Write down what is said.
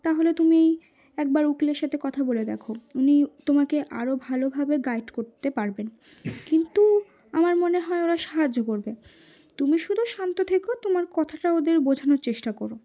তাহলে তুমি একবার উকিলের সাথে কথা বলে দেখো উনি তোমাকে আরও ভালোভাবে গাইড করতে পারবেন কিন্তু আমার মনে হয় ওরা সাহায্য করবে তুমি শুধু শান্ত থেক তোমার কথাটা ওদের বোঝানোর চেষ্টা করো